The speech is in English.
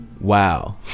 Wow